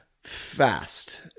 Fast